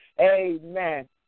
Amen